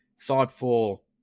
thoughtful